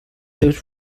seves